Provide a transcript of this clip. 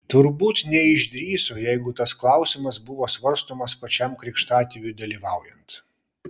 turbūt neišdrįso jeigu tas klausimas buvo svarstomas pačiam krikštatėviui dalyvaujant